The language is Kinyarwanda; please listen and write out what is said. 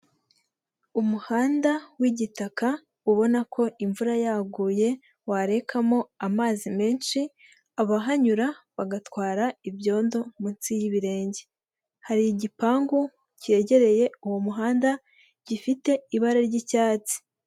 Umuhanda w'igitaka ubona ko imvura yaguye warekamo amazi menshi, abahanyura bagatwara ibyondo munsi y'ibirenge, hari igipangu cyegereye uwo muhanda gifite ibara ry'icyatsi.